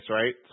right